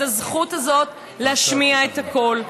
את הזכות הזאת להשמיע את הקול.